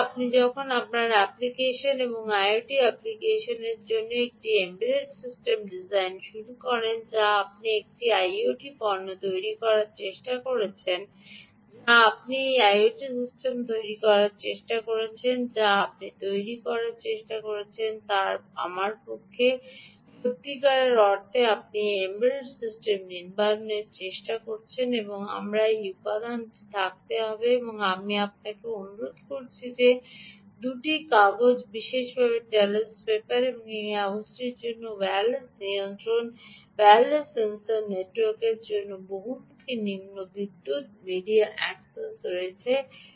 বাস্তবে আপনি যখন আপনার অ্যাপ্লিকেশন এবং আইওটি অ্যাপ্লিকেশনটির জন্য একটি এমবেডেড সিস্টেম ডিজাইন শুরু করেন যা আপনি একটি আইওটি পণ্য তৈরির চেষ্টা করছেন যা আপনি একটি আইওটি সিস্টেম তৈরির চেষ্টা করছেন যা আপনি তৈরি করার চেষ্টা করছেন তা আমার পক্ষে সত্যিকার অর্থে আপনি যে এমবেডেড সিস্টেম নির্মাণের চেষ্টা করে আমাদের এই সমস্ত উপাদান থাকবে এবং আমি ভাবে অনুরোধ করছি যে এই 2 টি কাগজগুলি বিশেষত টেলোস পেপার এবং এই কাগজটি যে ওয়্যারলেস নিয়ন্ত্রণ ওয়্যারলেস সেন্সর নেটওয়ার্কগুলির জন্য বহুমুখী নিম্ন বিদ্যুৎ মিডিয়া অ্যাক্সেস রয়েছে